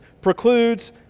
precludes